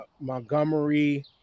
montgomery